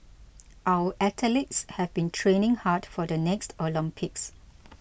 our athletes have been training hard for the next Olympics